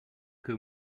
que